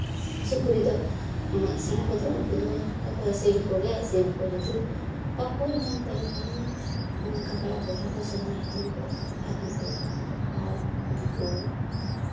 ᱥᱩᱠᱨᱤ ᱫᱚ ᱩᱱᱟᱹᱜ ᱥᱮᱬᱟ ᱠᱚᱫᱚ ᱩᱱᱠᱩ ᱫᱚ ᱵᱟᱠᱚ ᱥᱤᱢ ᱠᱚᱜᱮ ᱥᱤᱢ ᱠᱚ ᱡᱩᱫᱤ ᱵᱟᱠᱚ ᱧᱟᱢ ᱠᱚᱣᱟ ᱮᱱᱟᱹᱠᱷᱟᱱ ᱚᱱᱠᱟ ᱠᱚᱲᱟ ᱠᱚ ᱨᱮᱦᱚᱸ ᱥᱮᱸᱫᱽᱨᱟ ᱵᱟᱲᱟ ᱠᱟᱛᱮᱫ ᱠᱚ ᱟᱹᱜᱩ ᱠᱚᱣᱟ ᱟᱨ ᱩᱱᱠᱩ